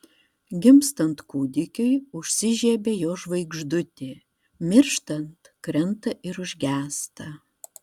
gimstant kūdikiui užsižiebia jo žvaigždutė mirštant krenta ir užgęsta